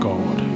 God